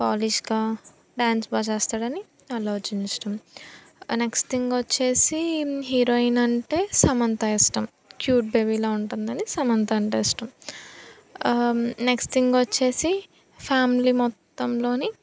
పాలిష్గా dance బాగా చేస్తాడని అల్లు అర్జున్ ఇష్టం నెక్స్ట్ థింగ్ వచ్చేసి హీరోయిన్ అంటే సమంత ఇష్టం క్యూట్ బేబీలా ఉంటుందని సమంత అంటే ఇష్టం నెక్స్ట్ థింగ్ వచ్చేసి ఫ్యామిలీ మొత్తంలోని